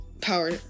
power